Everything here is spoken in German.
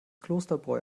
klosterbräu